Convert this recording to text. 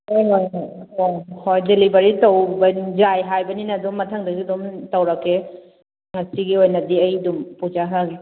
ꯍꯣꯏ ꯍꯣꯏ ꯍꯣꯏ ꯑꯥ ꯍꯣꯏ ꯗꯦꯂꯤꯕꯔꯤ ꯇꯧꯕ ꯌꯥꯏ ꯍꯥꯏꯕꯅꯤꯅ ꯑꯗꯨꯝ ꯃꯊꯪꯗꯒꯤ ꯑꯗꯨꯝ ꯇꯧꯔꯛꯀꯦ ꯉꯁꯤꯒꯤ ꯑꯣꯏꯅꯗꯤ ꯑꯩ ꯑꯗꯨꯝ ꯄꯨꯖꯈ꯭ꯔꯒꯦ